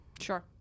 Sure